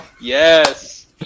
yes